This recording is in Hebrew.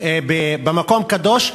במקום קדוש.